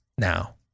now